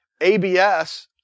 abs